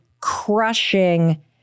crushing